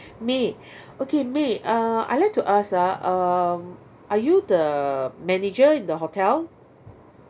may okay may uh I like to ask ah um are you the manager in the hotel